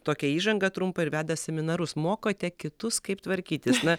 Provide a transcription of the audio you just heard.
tokią įžangą trumpą ir veda seminarus mokote kitus kaip tvarkytis na